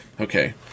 okay